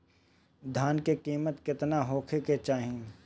धान के किमत केतना होखे चाही?